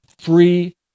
free